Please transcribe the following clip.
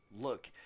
Look